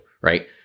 right